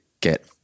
get